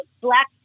Black